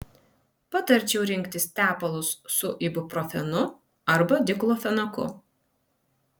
patarčiau rinktis tepalus su ibuprofenu arba diklofenaku